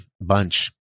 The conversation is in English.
bunch